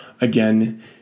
again